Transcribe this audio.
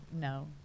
no